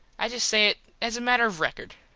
i just say it as a matter of rekord.